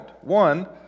One